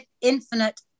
infinite